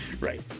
Right